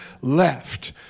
left